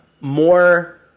more